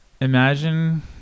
imagine